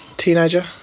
Teenager